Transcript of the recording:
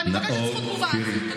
ואני מבקשת זכות תגובה על זה.